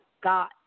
got